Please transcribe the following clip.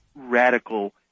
radical